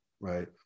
right